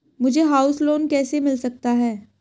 मुझे house loan कैसे मिल सकता है?